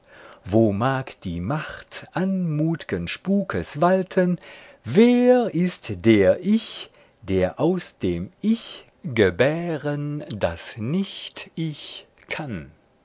wo mag die macht anmut'gen spukes walten wer ist der ich der aus dem ich gebären das nicht ich kann